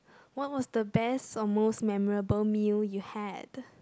what was the best or most memorable meal you had